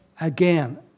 again